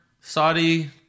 Saudi